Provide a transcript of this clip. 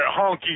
honky